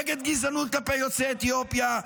נגד גזענות כלפי יוצאי אתיופיה,